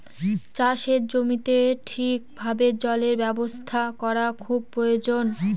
চাষের জমিতে ঠিক ভাবে জলের ব্যবস্থা করা খুব প্রয়োজন